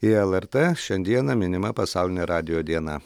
į lrt šiandieną minima pasaulinė radijo diena